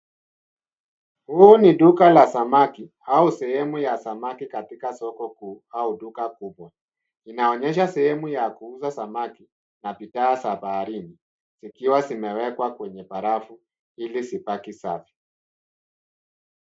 Huu ni duka la samaki au sehemu la samaki katika soko kuu au duka kubwa. Inaonyesha sehemu ya kuuza samaki na bidhaa za baharini zikiwa zimewekwa kwenye barafu ili zibaki safi.